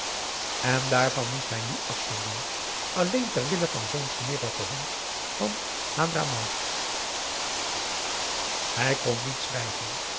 en daarvan moest hij nu afstand doen alleen ter wille van zoo'n smerigen hond van hadramaut hij kon niet schrijven